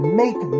make